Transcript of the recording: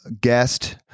guest